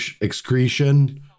excretion